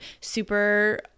super